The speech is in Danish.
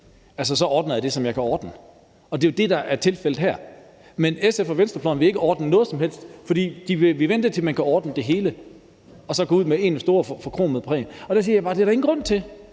dag. Så ordner jeg det, som jeg kan ordne. Det er jo det, der er tilfældet her. Men SF og venstrefløjen vil ikke ordne noget som helst, for de vil vente, til man kan ordne det hele og så gå ud med én stor, forkromet plan. Til det siger jeg bare, at det er der ingen grund til.